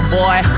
boy